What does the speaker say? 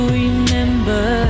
remember